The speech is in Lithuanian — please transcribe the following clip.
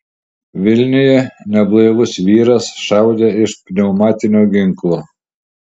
vilniuje neblaivus vyras šaudė iš pneumatinio ginklo